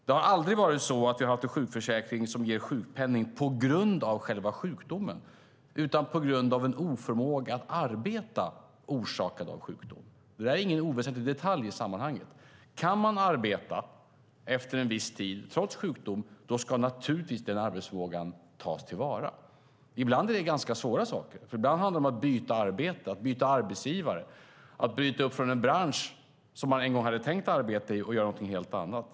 Det har aldrig varit så att vi har haft en sjukförsäkring som ger sjukpenning på grund av själva sjukdomen. Man får sjukpenning på grund av en oförmåga att arbeta orsakad av sjukdomen. Det är ingen oväsentlig detalj i sammanhanget. Om man kan arbeta efter en viss tid trots sjukdom ska naturligtvis denna arbetsförmåga tas till vara. Ibland är det ganska svåra saker, för ibland handlar det om att byta arbete, att byta arbetsgivare och att bryta upp från en bransch som man en gång hade tänkt arbeta i och göra någonting helt annat.